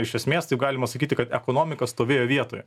iš esmės taip galima sakyti kad ekonomika stovėjo vietoje